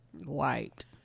white